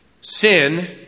sin